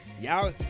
y'all